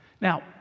Now